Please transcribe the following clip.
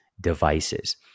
devices